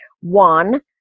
One